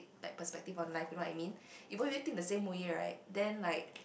like perspective on life you know what I mean if both of you think the same way right then like